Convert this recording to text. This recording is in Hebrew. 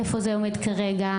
איפה זה עומד כרגע,